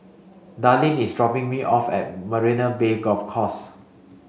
Darleen is dropping me off at Marina Bay Golf Course